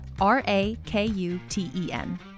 R-A-K-U-T-E-N